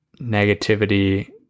negativity